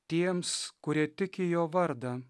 tiems kurie tiki jo vardą